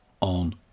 on